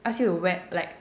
ask you to wear like